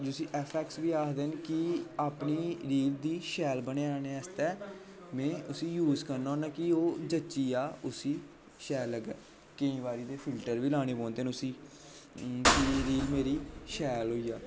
जिसी F X बी आखदे न कि अपनी रील दी शैल बनाने आस्तै में उसी यूज़ करना होना कि ओह् जची जा उसी शैल लग्गै केईं बारी ते फिल्टर बी लानै पौंदे न उसी कि रील मेरी शैल होई जा